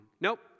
nope